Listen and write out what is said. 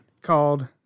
called